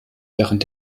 während